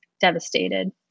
devastated